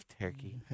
turkey